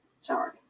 Sorry